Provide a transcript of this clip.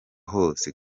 hose